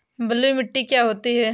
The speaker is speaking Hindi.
बलुइ मिट्टी क्या होती हैं?